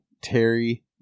Terry